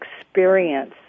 experience